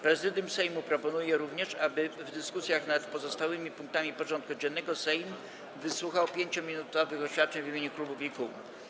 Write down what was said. Prezydium Sejmu proponuje również, aby w dyskusjach nad pozostałymi punktami porządku dziennego Sejm wysłuchał 5-minutowych oświadczeń w imieniu klubów i kół.